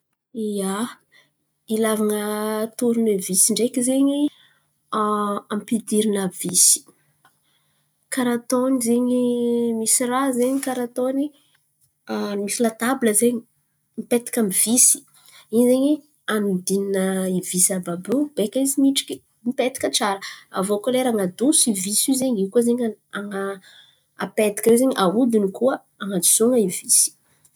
Ia, ilàvan̈a torinevisy ndreky ampidirana visy. Karà ataony zen̈y misy raha zen̈y karà ataony misy latabla zen̈y mipetaka amy visy. In̈y zen̈y an̈odin̈ana i visy àby àby io beka izy midriky, mipetaka tsara. Aviô koa lera an̈adoso i visy io zen̈y, in̈y koa zen̈y an̈a- apetaka iô zen̈y, ahodin̈y koa an̈adosoan̈a i visy.